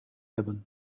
hebben